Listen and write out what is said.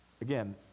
Again